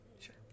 sure